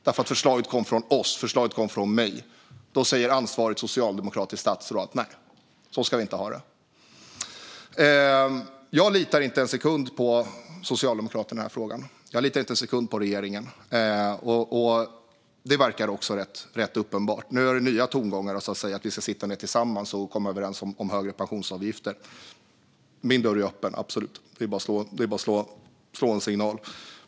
Eftersom förslaget kom från mig och Sverigedemokraterna sa ansvarigt socialdemokratiskt statsråd: Nej, så ska vi inte ha det. Jag litar inte en sekund på Socialdemokraterna i denna fråga. Jag litar inte en sekund på regeringen. Nu är det nya tongångar om att vi ska sitta ned tillsammans och komma överens om högre pensionsavgifter. Min dörr är öppen; det är bara att slå en signal.